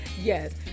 Yes